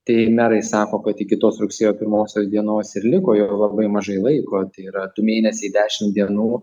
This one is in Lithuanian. tai ir merai sako kad iki tos rugsėjo pirmosios dienos ir liko jau labai mažai laiko tai yra du mėnesiai dešim dienų